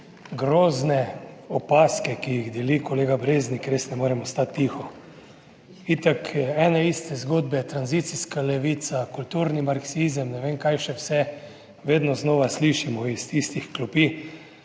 grozne opazke, ki jih deli kolega Breznik, res ne morem ostati tiho. Itak ene in iste zgodbe, tranzicijska levica, kulturni marksizem, ne vem kaj še vse, vedno znova slišimo iz tistih klopi,